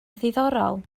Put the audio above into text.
ddiddorol